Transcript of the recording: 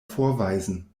vorweisen